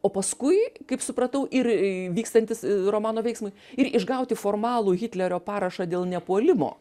o paskui kaip supratau ir vykstantis romano veiksmui ir išgauti formalų hitlerio parašą dėl nepuolimo